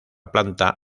planta